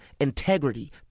integrity